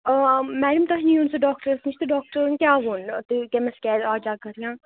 ٲں میڈم تۄہہِ نِی وُن سُہ ڈاکٹرس نِش تہٕ ڈاکَٹرن کیاہ ووٚن تٔمس کیازِ آو چَکر